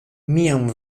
mian